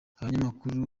abanyamakuru